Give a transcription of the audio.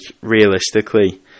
realistically